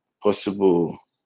possible